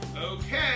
Okay